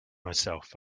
myself